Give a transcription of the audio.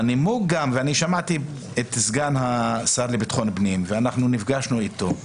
שמעתי את סגן השר לביטחון פנים ונפגשנו איתו,